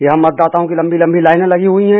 यहां मतदाताओं की लंबी लंबी लाइनें लगी हुई हैं